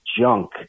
junk